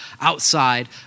outside